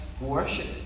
worship